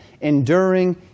enduring